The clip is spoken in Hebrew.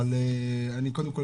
אבל אני קודם כל,